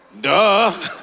Duh